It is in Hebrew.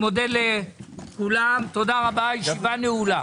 תודה רבה, הישיבה נעולה.